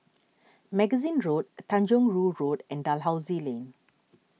Magazine Road Tanjong Rhu Road and Dalhousie Lane